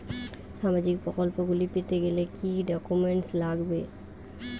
সামাজিক প্রকল্পগুলি পেতে গেলে কি কি ডকুমেন্টস লাগবে?